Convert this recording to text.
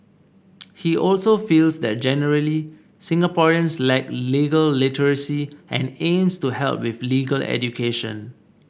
he also feels that generally Singaporeans lack legal literacy and aims to help with legal education